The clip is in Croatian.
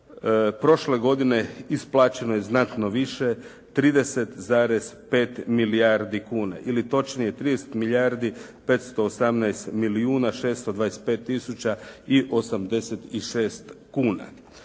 prošle godine isplaćeno je znatno više 30,5 milijardi kuna ili točnije 30 milijardi 518 milijuna 625 tisuća i 86 kuna.